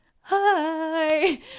hi